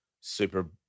super